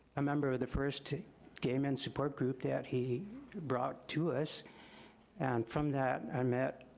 a member of the first gay men's support group that he brought to us and from that i met